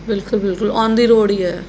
ਬਿਲਕੁਲ ਬਿਲਕੁਲ on the road ਹੀ ਹੈ